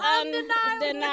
undeniable